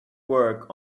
work